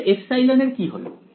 তাহলে ε এর কি হল